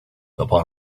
upon